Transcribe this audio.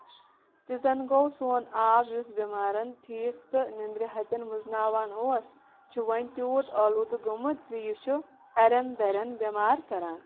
تہِ زن گوٚو سون آب یُس بیمارن ٹھیٖک تہٕ نِندرٕ ہَتٮ۪ن وٕزناوان اوس چھُ وۄنۍ تیوٗت آلودٕ گوٚمُت یہِ چھُ اَرٮ۪ن دَرٮ۪ن بیمار کران